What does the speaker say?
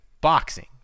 boxing